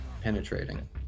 Penetrating